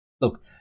look